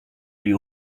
you